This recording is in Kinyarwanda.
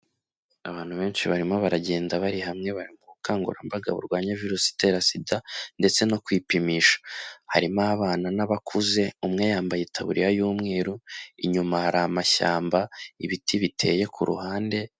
Abantu benshi barimo baragenda bari hamwe bari mu bukangurambaga burwanya virusi itera sida ndetse no kwipimisha. Harimo abana n'abakuze, umwe yambaye itabuririya y'umweru. Inyuma hari amashyamba, ibiti biteye ku ruhande.